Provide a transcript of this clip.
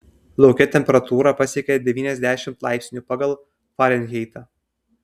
lauke temperatūra pasiekė devyniasdešimt laipsnių pagal farenheitą